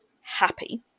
happy